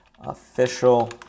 Official